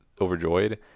overjoyed